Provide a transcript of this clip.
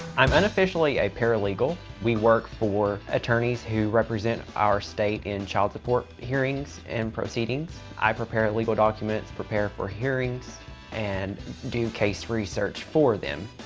i'm unofficially a paralegal. we work for attorneys who represent our state in child support hearings and proceedings. i prepare legal documents, prepare for hearings and do case research for them.